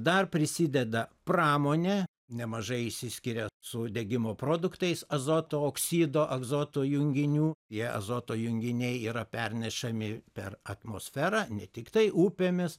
dar prisideda pramonė nemažai išsiskiria su degimo produktais azoto oksido azoto junginių jie azoto junginiai yra pernešami per atmosferą ne tiktai upėmis